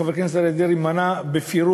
שחבר הכנסת אריה דרעי מנה בפירוט.